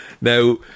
Now